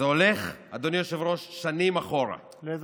אדוני היושב-ראש, זה הולך שנים אחורה.